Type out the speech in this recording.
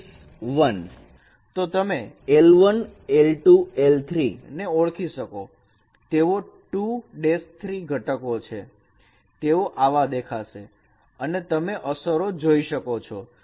તો તમે l1 l2 l3 ને ઓળખી શકો તેઓ 2 3 ઘટકો છે તેઓ આવા દેખાશે અને તમે અસરો જોઈ શકો છો